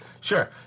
Sure